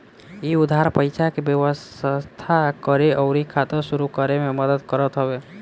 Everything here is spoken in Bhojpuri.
इ उधार पईसा के व्यवस्था करे अउरी खाता शुरू करे में मदद करत हवे